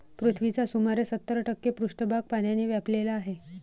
पृथ्वीचा सुमारे सत्तर टक्के पृष्ठभाग पाण्याने व्यापलेला आहे